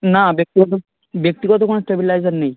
না ব্যক্তিগত ব্যক্তিগত কোনও স্টেবিলাইজার নেই